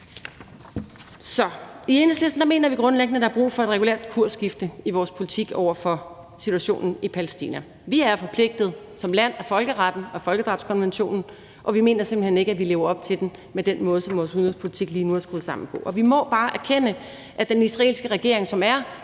i Enhedslisten mener vi grundlæggende, at der er brug for et regulært kursskifte i vores politik over for situationen i Palæstina. Vi er forpligtet som land af folkeretten og af folkedrabskonventionen, og vi mener simpelt hen ikke, at vi lever op til den med den måde, som vores udenrigspolitik lige nu er skruet sammen på. Vi må bare erkende, at den israelske regering, som er